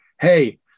hey